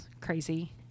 crazy